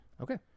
Okay